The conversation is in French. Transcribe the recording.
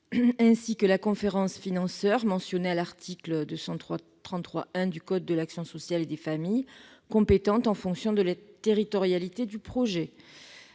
ainsi que la conférence des financeurs mentionnée à l'article L. 233-1 du code de l'action sociale et des familles, compétente en fonction de la territorialité du projet.